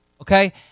okay